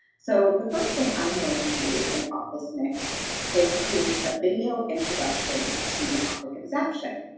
so, the first thing i'm going to do in officemix is create a video introduction to the topic of zaption.